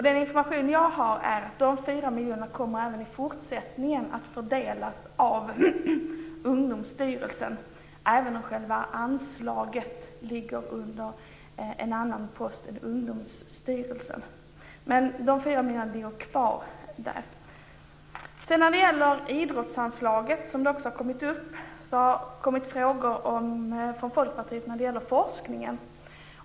Den information jag har är att dessa fyra miljoner även i fortsättningen kommer att fördelas av Ungdomsstyrelsen, även om själva anslaget ligger under en annan post. De fyra miljonerna ligger alltså kvar där. När det gäller idrottsanslaget har det kommit frågor från Folkpartiet om forskningen.